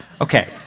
Okay